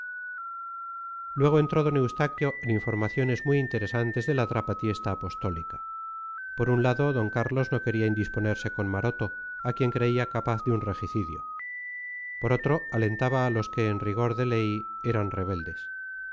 luego entró d eustaquio en informaciones muy interesantes de la trapatiesta apostólica por un lado d carlos no quería indisponerse con maroto a quien creía capaz de un regicidio por otro alentaba a los que en rigor de ley eran rebeldes